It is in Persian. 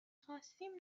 خواستیم